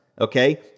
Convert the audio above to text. Okay